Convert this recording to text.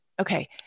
Okay